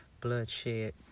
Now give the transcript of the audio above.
bloodshed